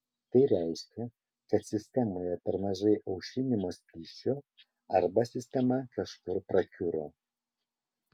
tai reiškia kad sistemoje per mažai aušinimo skysčio arba sistema kažkur prakiuro